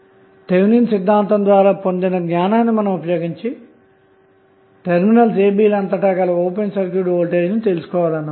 Thevenin సిద్ధాంతం ద్వారా పొందిన జ్ఞానాన్ని ఉపయోగించి టెర్మినల్స్ ab అంతటా గల ఓపెన్ సర్క్యూట్ వోల్టేజ్ తెలుసుకోవాలన్నమాట